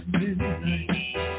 midnight